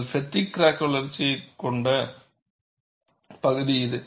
நீங்கள் பெட்டிக் கிராக் வளர்ச்சியைக் கொண்ட பகுதி இது